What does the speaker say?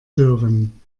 hören